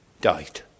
died